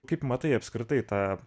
kaip matai apskritai tą